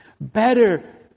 better